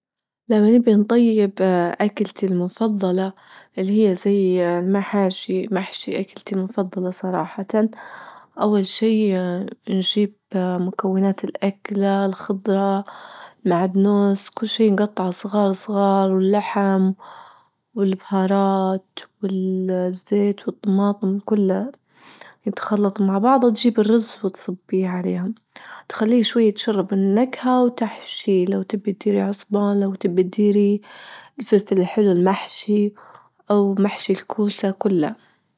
لما نبي نطيب أكلتي المفضلة اللي هي زي المحاشي محشي أكلتى المفضلة صراحة، أول شي اه نجيب اه مكونات الأكلة الخضرة معدنوس كل شي نجطعه صغار صغار واللحم والبهارات والزيت والطماطم كلها يتخلطوا مع بعض وتجيبي الرز وتصبيه عليهم، تخليه شوية يتشرب النكهة وتحشيه لو تبي تديري عصبان لو تبي تديري الفلفل الحلو المحشي أو محشي الكوسة كلها.